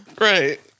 Right